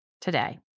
today